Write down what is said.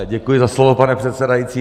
Děkuji za slovo, pane předsedající.